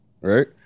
Right